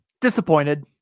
Disappointed